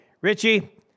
Richie